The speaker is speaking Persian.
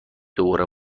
دوباره